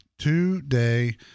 Today